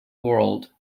world